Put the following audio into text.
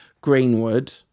Greenwood